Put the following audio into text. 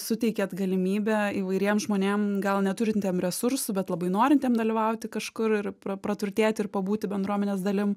suteikiat galimybę įvairiem žmonėm gal neturintiem resursų bet labai norintiem dalyvauti kažkur ir pra praturtėti ir pabūti bendruomenės dalim